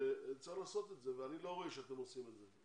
צריך לעשות את זה ואני לא רואה שאתם עושים את זה.